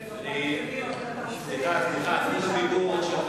אני מאחלת לך בריאות רבת שנים.